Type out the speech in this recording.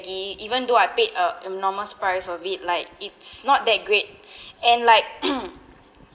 ~gy even though I paid a enormous price of it like it's not that great and like